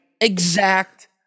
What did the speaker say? exact